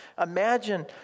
Imagine